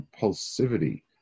impulsivity